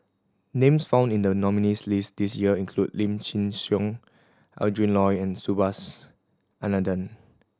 names found in the nominees' list this year include Lim Chin Siong Adrin Loi and Subhas Anandan